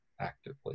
actively